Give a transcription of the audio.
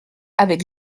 avec